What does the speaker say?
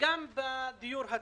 וגם בדיור הציבורי.